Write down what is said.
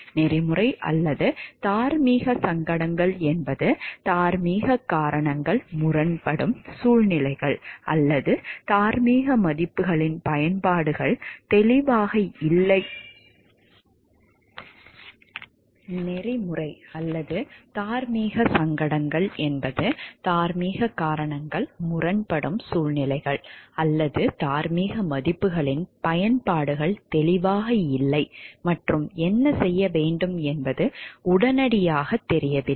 நெறிமுறை அல்லது தார்மீக சங்கடங்கள் என்பது தார்மீக காரணங்கள் முரண்படும் சூழ்நிலைகள் அல்லது தார்மீக மதிப்புகளின் பயன்பாடுகள் தெளிவாக இல்லை மற்றும் என்ன செய்ய வேண்டும் என்பது உடனடியாகத் தெரியவில்லை